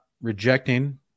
rejecting